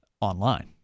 online